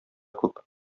күп